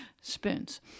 spoons